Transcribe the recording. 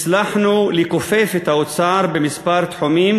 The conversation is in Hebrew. הצלחנו לכופף את האוצר בכמה תחומים,